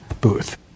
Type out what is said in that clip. booth